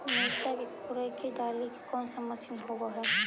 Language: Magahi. मिरचा के कोड़ई के डालीय कोन मशीन होबहय?